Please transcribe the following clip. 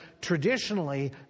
traditionally